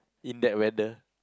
in that weather